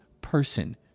person